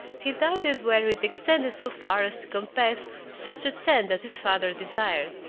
he doubted whether it extended so far as to compass such a tent as his father desired.